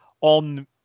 on